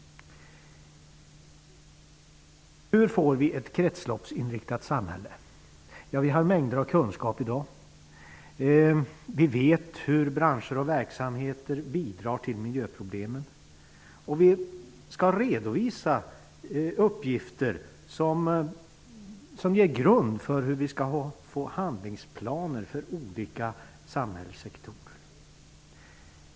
Hur får vi ett kretsloppsinriktat samhälle? Vi har i dag mängder av kunskap om detta. Vi vet hur branscher och verksamheter bidrar till miljöproblemen, och vi skall redovisa uppgifter som ger grund för hur vi skall få handlingsplaner för olika samhällssektorer.